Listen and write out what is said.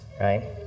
right